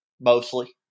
mostly